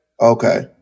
okay